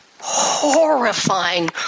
horrifying